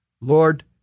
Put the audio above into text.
Lord